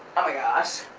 oh my gosh.